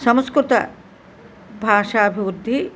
సంస్కృత భాషాభివృద్ధి